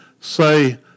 say